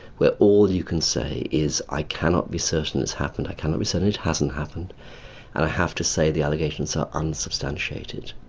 where all you can say is i cannot be certain it has happened, i cannot be certain it hasn't happened, and i have to say the allegations are unsubstantiated'.